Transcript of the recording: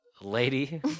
lady